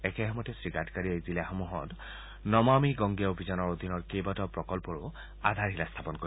একেসময়তে শ্ৰীগাডকাৰীয়ে এই জিলাসমূহত নমামি গংগে অভিযানৰ অধীনৰ কেইবাটাও প্ৰকল্পৰো আধাৰশিলা স্থাপন কৰিব